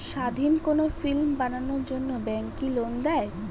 স্বাধীন কোনো ফিল্ম বানানোর জন্য ব্যাঙ্ক কি লোন দেয়?